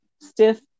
stiff